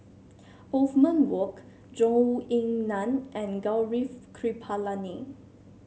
Othman Wok Zhou Ying Nan and Gaurav Kripalani